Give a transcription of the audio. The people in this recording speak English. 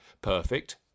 Perfect